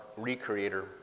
recreator